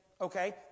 Okay